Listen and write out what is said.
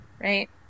right